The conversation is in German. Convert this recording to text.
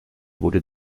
wurde